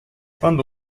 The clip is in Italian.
quando